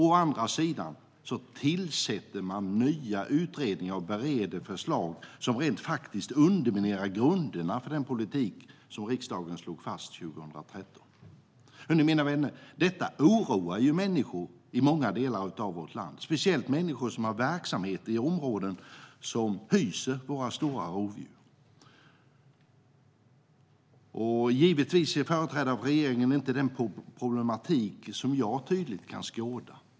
Å andra sidan tillsätter man nya utredningar och bereder förslag som rent faktiskt underminerar grunderna för den politik som riksdagen slog fast 2013. Mina vänner, detta oroar ju människor i många delar av vårt land, speciellt de som har verksamheter i områden som hyser våra stora rovdjur. Givetvis ser företrädare för regeringen inte den problematik som jag tydligt kan skåda.